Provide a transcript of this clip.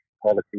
Quality